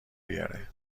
بیاره